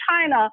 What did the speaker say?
China